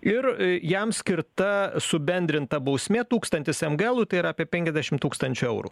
ir jam skirta subendrinta bausmė tūkstantis emgelų tai yra apie penkiasdešim tūkstančių eurų